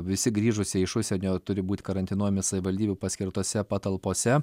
visi grįžusieji iš užsienio turi būt karantinuojami savivaldybių paskirtose patalpose